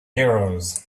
heroes